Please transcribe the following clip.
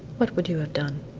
what would you have done?